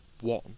one